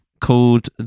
called